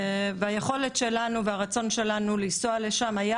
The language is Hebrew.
היכולת שלנו והרצון שלנו לנסוע לשם היה